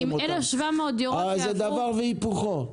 הרי זה דבר והיפוכו.